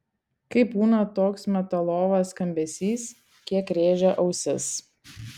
kai būna toks metalovas skambesys kiek rėžia ausis